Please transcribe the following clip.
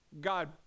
God